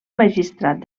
magistrat